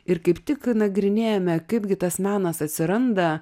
ir kaip tik nagrinėjame kaipgi tas menas atsiranda